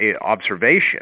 observation